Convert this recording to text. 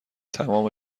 تمام